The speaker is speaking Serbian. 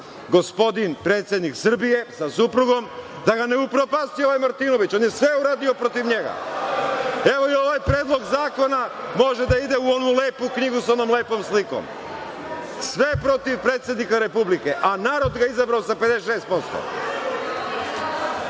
gospodin predsednik Srbije, sa suprugom, da ga ne upropasti ovaj Martinović. On je sve uradio protiv njega. Evo i ovaj predlog zakona može da ide u onu lepu knjigu, sa onom lepom slikom. Sve je protiv predsednika Republike, a narod ga izabrao sa 56%.